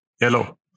yellow